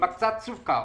אבקת סוכר.